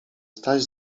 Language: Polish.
staś